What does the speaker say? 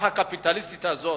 הקפיטליסטית הזאת,